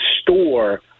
store